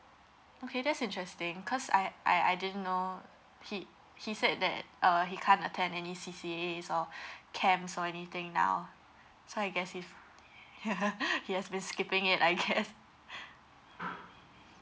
okay that's interesting cause I I I didn't know he he said that uh he can't attend any C_C_As or camps or anything now so I guess if he has been skipping it I guess